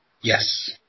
Yes